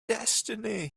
destiny